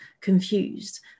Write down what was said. confused